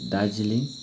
Darjeeling